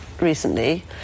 recently